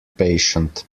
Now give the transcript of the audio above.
patient